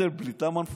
מנדלבליט, למה לפטר?